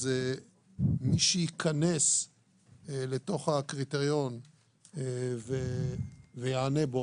אז מי שייכנס לתוך הקריטריון ויענה לו,